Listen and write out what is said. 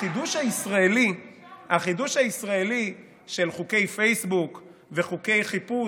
החידוש הישראלי של חוקי פייסבוק וחוקי חיפוש,